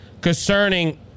concerning